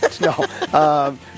No